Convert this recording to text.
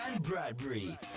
Bradbury